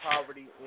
poverty